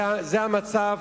זה המצב